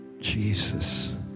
Jesus